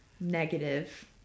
negative